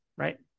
Right